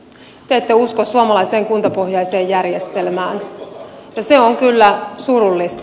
te ette usko suomalaiseen kuntapohjaiseen järjestelmään ja se on kyllä surullista